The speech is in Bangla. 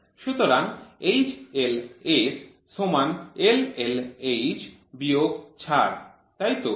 সুতরাং HLS সমান LLH বিয়োগ ছাড় তাইতো